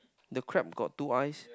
the crab got two eyes